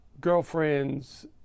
girlfriends